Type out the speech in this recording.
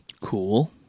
Cool